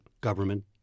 government